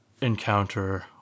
encounter